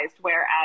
whereas